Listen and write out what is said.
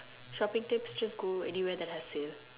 shopping tips just go anywhere that has sales